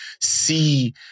see